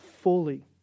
fully